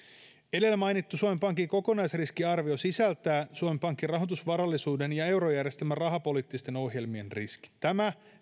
edellä mainittu suomen pankin kokonaisriskiarvio sisältää suomen pankin rahoitusvarallisuuden ja eurojärjestelmän rahapoliittisten ohjelmien riskit tämä